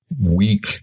weak